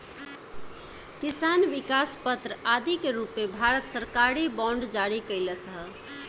किसान विकास पत्र आदि के रूप में भारत सरकार बांड जारी कईलस ह